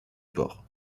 port